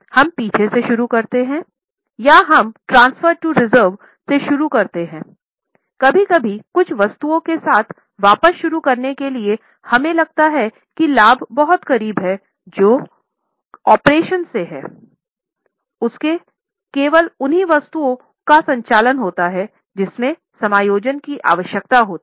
हम पीछे से शुरू करते हैं या हम ट्रांसफर से हैं उसके केवल उन्हीं वस्तुओं का संचालन होता है जिनमें समायोजन की आवश्यकता होती है